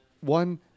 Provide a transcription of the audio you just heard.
One